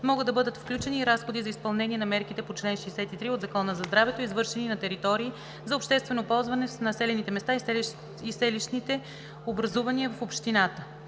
могат да бъдат включени и разходи за изпълнение на мерки по чл. 63 от Закона за здравето, извършени на територии за обществено ползване в населените места и селищните образувания в общината.